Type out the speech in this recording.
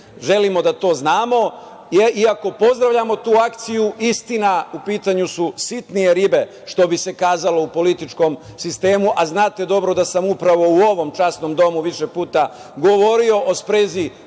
nije? Želimo da to znamo, iako pozdravljamo tu akciju, istina, u pitanju su sitnije ribe što bi se kazalo u političkom sistemu, a znate dobro da sam upravo u ovom časnom domu više puta govorio o sprezi